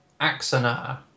Axana